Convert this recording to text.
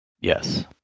Yes